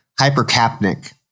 hypercapnic